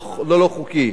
הוא לא חוקי.